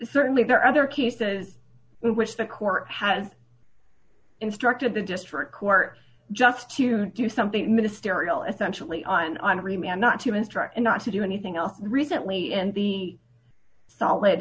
certainly there are other cases in which the court has instructed the district court just to do something ministerial essentially on henri man not to instruct him not to do anything else recently in the solid